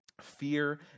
fear